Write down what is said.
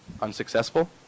unsuccessful